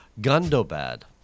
Gundobad